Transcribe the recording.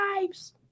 lives